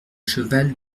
cheval